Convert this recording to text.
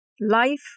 Life